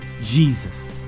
Jesus